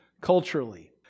culturally